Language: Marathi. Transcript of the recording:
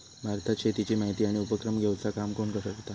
भारतात शेतीची माहिती आणि उपक्रम घेवचा काम कोण करता?